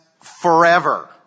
forever